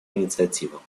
инициатива